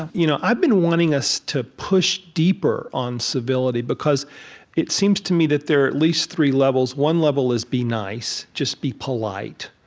ah you know i've been wanting us to push deeper on civility because it seems to me that there are at least three levels. one level is be nice, just be polite.